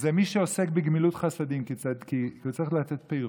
זה מי שעוסק בגמילות חסדים, כי זה צריך לתת פירות.